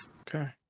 Okay